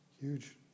Huge